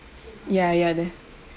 ya ya th~